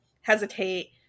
hesitate